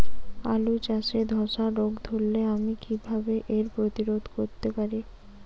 আলু চাষে ধসা রোগ ধরলে আমি কীভাবে এর প্রতিরোধ করতে পারি?